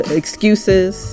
excuses